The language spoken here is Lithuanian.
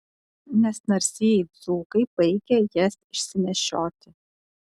nes narsieji dzūkai baigia jas išsinešioti